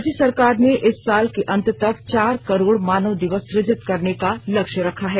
राज्य सरकार ने इस साल के अंत तक चार करोड़ मानव दिवस सुजित करने का लक्ष्य रखा है